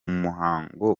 muhango